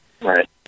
Right